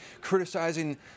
criticizing